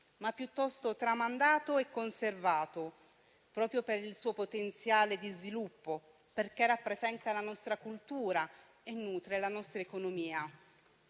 ma piuttosto tramandato e conservato, proprio per il suo potenziale di sviluppo, perché rappresenta la nostra cultura e nutre la nostra economia.